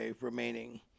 remaining